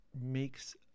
makes